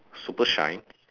super shine